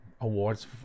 awards